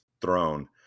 throne